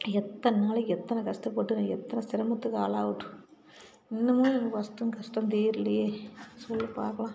எத்தனை நாளைக்கு எத்தனை கஷ்டப்பட்டு நான் எத்தனை சிரமத்துக்கு ஆளாகட்டும் இன்னமும் என் கஷ்டம் கஷ்டம் தீரலையே சொல்லு பார்க்கலாம்